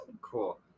Cool